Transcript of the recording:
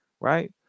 Right